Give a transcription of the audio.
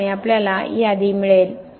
त्यामुळे आपल्याला यादी मिळेल